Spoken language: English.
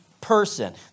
person